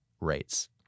rates